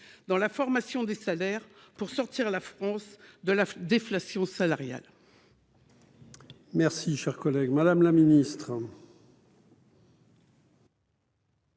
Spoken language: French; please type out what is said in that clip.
dans la formation des salaires, afin de sortir la France de la déflation salariale